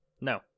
No